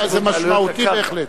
זה משמעותי בהחלט.